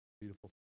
Beautiful